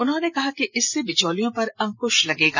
उन्होंने कहा कि इससे बिचौलियों पर अंक्श लगेगा